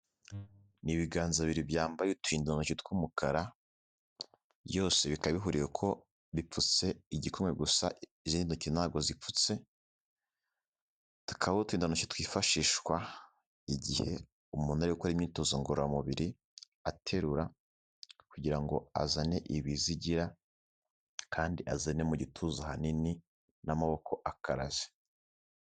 Ni ibiganza bibiri byambaye uturindantoki tw'umukara, byose bikaba bihuriye ko bipfutse igikumwe gusa izindi ntokibntabwo zipfutse, tukaba ari uturindantoki twifashishwa igihe umuntu ari gukora imyitozo ngororamubiri aterura, kugira ngo azane ibizigira kandi azane mu gituza hanini n'amaboko akaraze.